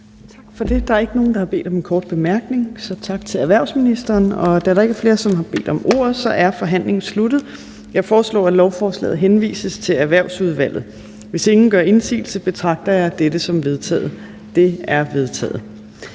Tak for det. Der er ikke nogen, der har bedt om en kort bemærkning, så vi siger tak til erhvervsministeren. Da der ikke er flere, som har bedt om ordet, er forhandlingen sluttet. Jeg foreslår, at lovforslaget henvises til Erhvervsudvalget. Hvis ingen gør indsigelse, betragter jeg dette som vedtaget. Det er vedtaget.